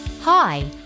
Hi